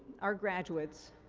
our graduates,